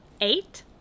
eight